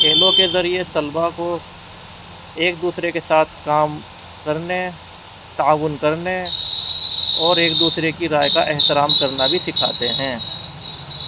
کھیلوں کے ذریعے طلبا کو ایک دوسرے کے ساتھ کام کرنے تعاون کرنے اور ایک دوسرے کی رائے کا احترام کرنا بھی سکھاتے ہیں